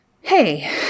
Hey